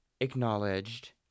acknowledged